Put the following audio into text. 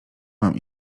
mam